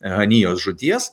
hanijos žūties